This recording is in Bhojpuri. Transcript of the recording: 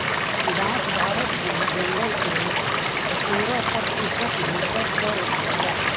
बांस भारत के जंगल के तेरह प्रतिशत हिस्सा पर होला